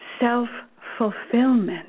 self-fulfillment